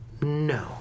No